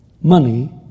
money